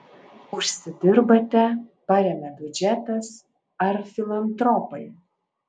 užsidirbate paremia biudžetas ar filantropai